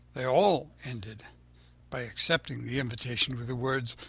they all ended by accepting the invitation with the words,